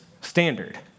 standard